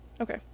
Okay